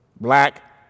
black